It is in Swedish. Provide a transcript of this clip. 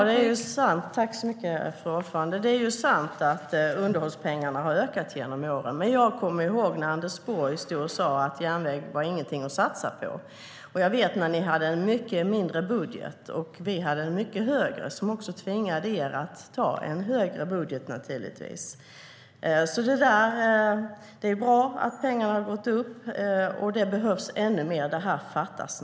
Fru talman! Det är sant att underhållspengarna har ökat under åren. Men jag kommer ihåg när Anders Borg sade att järnväg inte var något att satsa på. Jag minns också när ni hade en mycket lägre budget och vi hade en mycket högre, vilket tvingade er att ta en högre budget. Det är bra att pengarna har ökat. Men det behövs ännu mer, och det fattas.